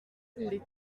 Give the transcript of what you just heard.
les